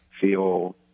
feel